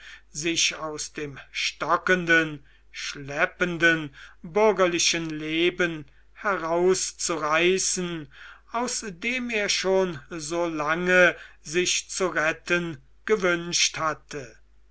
sich aus dem stockenden schleppenden bürgerlichen leben herauszureißen aus dem er schon so lange sich zu retten gewünscht hatte